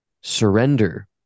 surrender